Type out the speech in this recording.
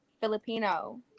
Filipino